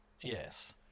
Yes